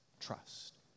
trust